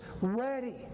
ready